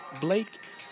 Blake